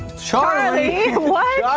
charlie what.